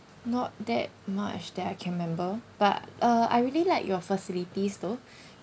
not that much that I can remember but uh I really liked your facilities though